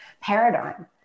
paradigm